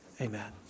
amen